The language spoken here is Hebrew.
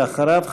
ואחריו,